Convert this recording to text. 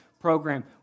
program